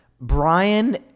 Brian